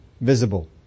visible